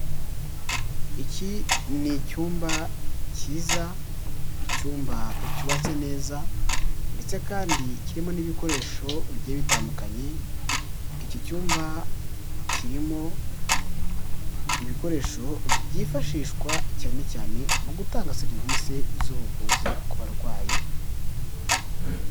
Iki ni icyumba cyiza icyumba cyubatse neza ndetse kandi kirimo n'ibikoresho bigiye bitandukanye, iki cyumba kirimo ibikoresho byifashishwa cyane cyane mu gutanga serivisi z'ubuvuzi ku barwayi.